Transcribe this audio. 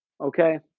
Okay